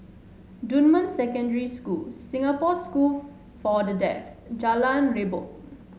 Dunman Secondary School Singapore School for the Deaf Jalan Redop